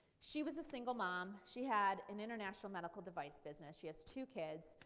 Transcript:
she was a single mom. she had an international medical device business. she has two kids.